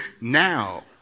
now